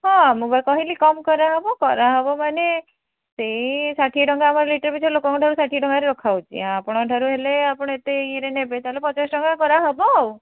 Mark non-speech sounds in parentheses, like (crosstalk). ହଁ ମୁଁ (unintelligible) କହିଲି କମ୍ କରାହେବ କରାହେବ ମାନେ ସେଇ ଷାଠିଏ ଟଙ୍କା ଆମର ଲିଟର ପିଛା ଲୋକଙ୍କ ଠାରୁ ଷାଠିଏ ଟଙ୍କାରେ ରଖାହେଉଛି ଆପଣଙ୍କ ଠାରୁ ହେଲେ ଆପଣ ଏତେ ଇଏରେ ନେବେ ତା'ହେଲେ ପଚାଶ ଟଙ୍କା କରାହେବ ଆଉ